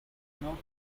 know